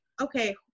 okay